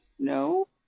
No